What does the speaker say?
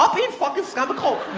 um i mean fucking kind of cold,